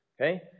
Okay